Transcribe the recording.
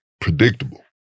predictable